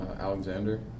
Alexander